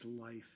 life